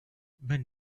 then